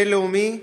בין-לאומי,